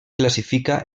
classifica